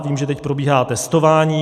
Vím, že teď probíhá testování.